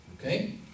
Okay